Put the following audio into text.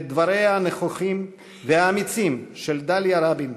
דבריה הנכוחים והאמיצים של דליה רבין,